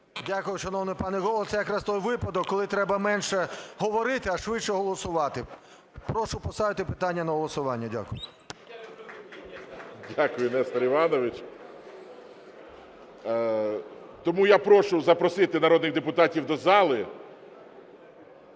Дякую, шановний пане Голово, це якраз ой випадок, коли треба менше говорити, а швидше голосувати. Прошу поставити питання на голосування. Дякую. ГОЛОВУЮЧИЙ. Дякую, Нестор Іванович. Тому я прошу запросити народних депутатів до зали.